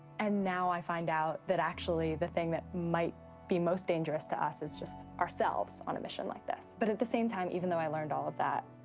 and now i find out that actually the thing that might be most dangerous to us is just ourselves on a mission like this. but at the same time, even though i learned all of that,